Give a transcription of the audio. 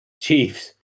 chiefs